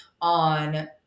on